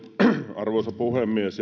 arvoisa puhemies